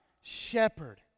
shepherd